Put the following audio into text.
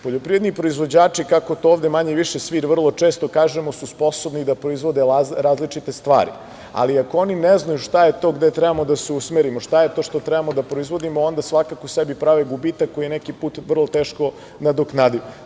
Poljoprivredni proizvođači, kako to ovde manje-više svi vrlo često kažemo, su sposobni da proizvode različite stvari, ali ako oni ne znaju šta je to gde trebamo da se usmerimo, šta je to što trebamo da proizvodimo, onda svakako sebi prave gubitak koji je neki put vrlo teško nadoknadiv.